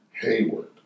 Hayward